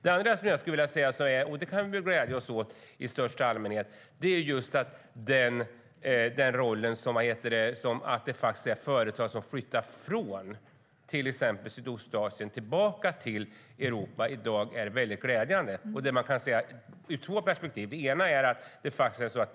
En annan sak som jag vill säga, och som vi väl kan glädja oss åt i största allmänhet, är att det faktiskt finns företag som flyttar från till exempel Sydostasien tillbaka till Europa. Man kan se det ur två perspektiv.